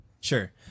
Sure